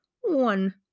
One